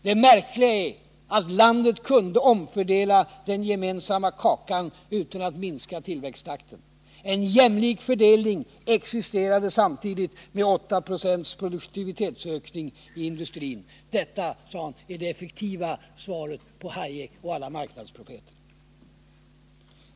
——— Det märkliga är att landet kunde omfördela den gemensamma kakan utan att minska tillväxttakten. En jämlik fördelning existerade samtidigt med åtta procents produktivitetsökning i industrin.” Detta, sade Samuelson, är det effektiva svaret på Hayek och andra marknadsprofeter.